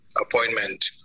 appointment